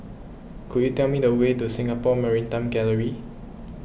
could you tell me the way to Singapore Maritime Gallery